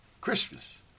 Christmas